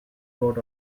sort